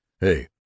hey